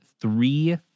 three